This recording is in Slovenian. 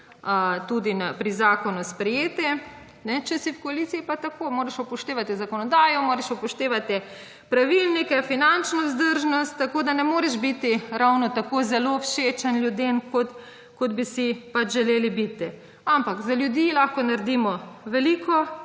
tudi pri zakonu sprejeti. Če si v koaliciji pa tako moraš upoštevati zakonodajo, moraš upoštevati pravilnike, finančno vzdržnost, tako da ne moreš biti ravno tako zelo všečen ljudem, kot bi si želeli biti. Ampak za ljudi lahko naredimo veliko,